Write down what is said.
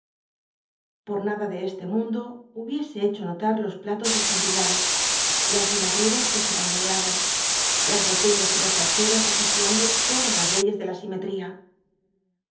lloa nada de le mundo bubicse hecho notar los platos dcs antillados las inagrcras que se bamboleaban las botellas y las al seras desafiando todas la leyes de la simetría